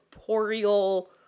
corporeal